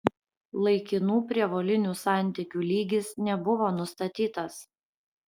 laikinų prievolinių santykių lygis nebuvo nustatytas